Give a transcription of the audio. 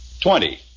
Twenty